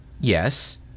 yes